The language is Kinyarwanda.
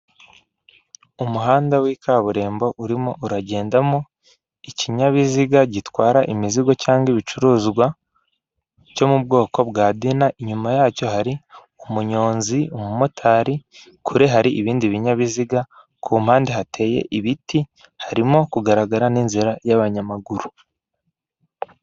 Umuhanda w'ikaburimbo urimo uragendamo ikinyabiziga gitwara imizigo cyangwa ibicuruzwa cyo mu bwoko bwa dina, inyuma yacyo hari umunyonzi, umumotari, kure hari ibindi binyabiziga, ku mpande hateye ibiti, harimo kugaragara n'inzira y'abanyamaguru.